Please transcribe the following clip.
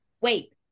wait